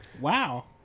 Wow